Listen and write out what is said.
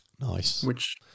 Nice